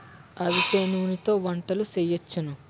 అవిసె నూనెతో వంటలు సేయొచ్చును